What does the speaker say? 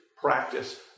practice